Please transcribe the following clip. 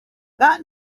that